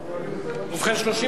סעיפים 6 8 נתקבלו.